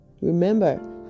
remember